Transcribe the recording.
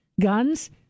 guns